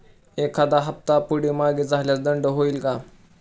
एखादा हफ्ता पुढे मागे झाल्यास दंड होईल काय?